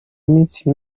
iminsi